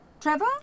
Trevor